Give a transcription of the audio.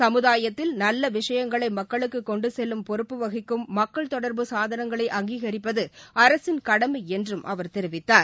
சமுதாயத்தில் நல்ல விஷயங்களை மக்களுக்கு கொண்டு செல்லும் பொறுப்பு வகிக்கும் மக்கள் தொடர்பு சாதனங்களை அங்கீகரிப்பது அரசின் கடமை என்றும் அவர் தெரிவித்தார்